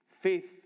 faith